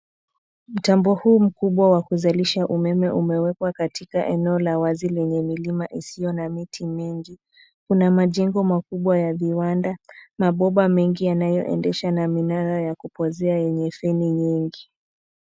Mtambo huu mkubwa wa kuzalisha umeme umewekwa katika eneo la wazi lenye milima isiyo na miti mingi. Kuna majengo makubwa ya viwanda, mabomba mengi yanayoendesha na minara ya kupozea yenye freni nyingi.